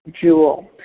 jewel